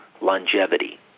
longevity